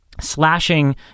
slashing